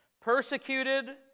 Persecuted